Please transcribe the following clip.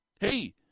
Hey